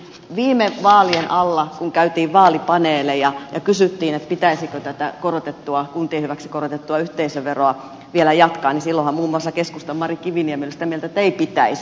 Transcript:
viime vaalien alla kun käytiin vaalipaneeleja ja kysyttiin pitäisikö tätä kuntien hyväksi korotettua yhteisöveroa vielä jatkaa silloinhan muun muassa keskustan mari kiviniemi oli sitä mieltä että ei pitäisi